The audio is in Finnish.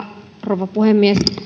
rouva puhemies